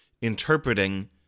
interpreting